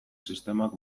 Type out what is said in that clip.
sistemak